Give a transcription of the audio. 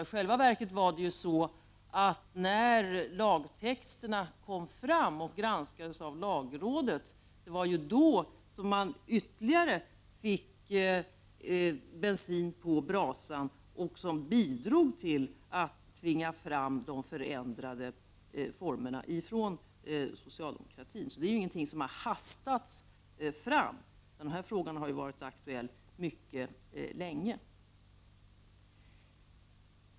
I själva verket var det när lagtexterna presenterades och granskades av lagrådet som man fick ytterligare bensin på brasan, vilket bidrog till att tvinga fram de förändrade formerna från socialdemokratins sida. Det är alltså ingenting som har hastats fram. Den här frågan har ju varit aktuell mycket länge.